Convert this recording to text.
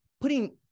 putting